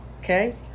Okay